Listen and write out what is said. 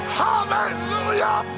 hallelujah